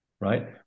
right